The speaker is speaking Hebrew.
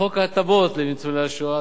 חוק הטבות לניצולי שואה,